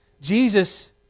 Jesus